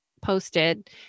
posted